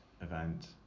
event